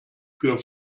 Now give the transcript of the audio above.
für